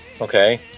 Okay